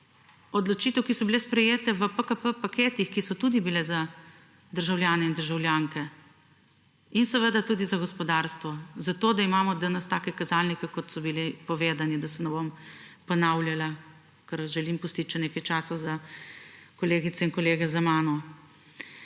odločitev, ki so bile sprejete v PKP paketih, ki so tudi bile za državljane in državljanke in seveda tudi za gospodarstvo. Zato, da imamo danes take kazalnike, kot so bili povedani, da se ne bom ponavljala, ker želim pustit še nekaj časa za kolegice in kolege za mano.